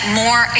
more